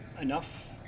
enough